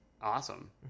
Awesome